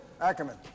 Ackerman